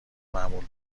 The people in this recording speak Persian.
معمول